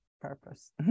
purpose